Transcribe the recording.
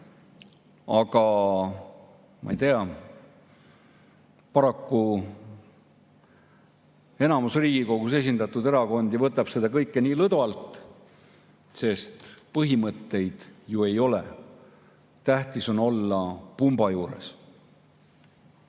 Aga ma ei tea, paraku enamus Riigikogus esindatud erakondi võtab seda kõike nii lõdvalt, sest põhimõtteid ju ei ole. Tähtis on olla pumba juures.